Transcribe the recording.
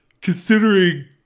considering